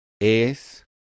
es